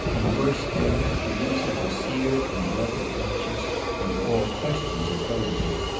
and, worse still, it produces a seared and blunted conscience on all questions of probity.